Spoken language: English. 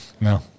No